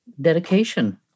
dedication